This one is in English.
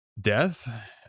death